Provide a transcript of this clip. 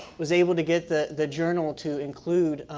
was able to get the the journal to include